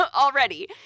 already